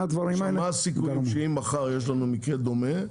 מה הסיכוי שאם מחר יהיה מקרה דומה,